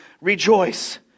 rejoice